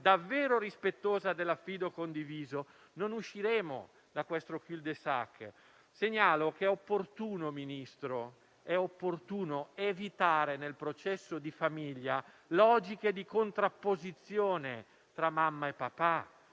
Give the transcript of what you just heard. davvero rispettosa dell'affido condiviso non usciremo da questo *cul-de-sac*. Segnalo Ministro, che è opportuno evitare nel processo di famiglia logiche di contrapposizione tra mamma e papà,